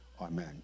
amen